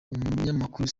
umunyamakuru